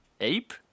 Ape